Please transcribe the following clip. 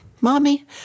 Mommy